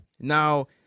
Now